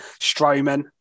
Strowman